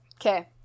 Okay